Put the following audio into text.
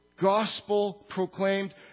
gospel-proclaimed